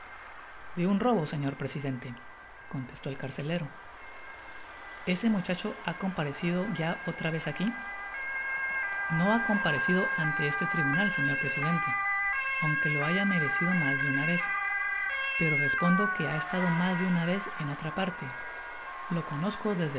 de un robo señor presidente contestó el carcelero ese muchacho ha comparecido ya otra vez aqui no ha comparecido ante este tribunal señor presidente aunque lo haya merecido mas de una vez pero respondo que ha estado mas de una vez en otra parte lo conozco desde